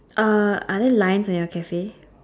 uh are there lines on your Cafe